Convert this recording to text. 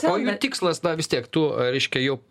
o jų tikslas na vis tiek tų reiškia jau